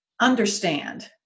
understand